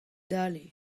dale